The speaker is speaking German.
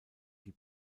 die